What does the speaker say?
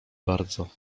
bardzo